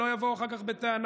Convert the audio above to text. שלא יבואו אחר כך בטענה: